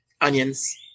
onions